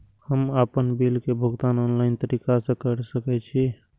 हम आपन बिल के भुगतान ऑनलाइन तरीका से कर सके छी?